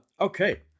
okay